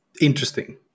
interesting